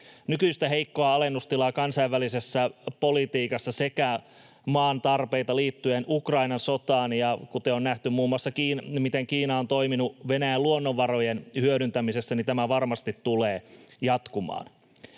nykyistä heikkoa alennustilaa kansainvälisessä politiikassa sekä maan tarpeita liittyen Ukrainan sotaan. Kun on nähty muun muassa, miten Kiina on toiminut Venäjän luonnonvarojen hyödyntämisessä, niin tämä varmasti tulee jatkumaan.